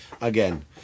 again